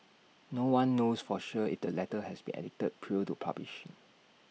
no one knows for sure if the letter has been edited prior to publish